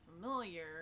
familiar